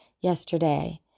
yesterday